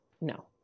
No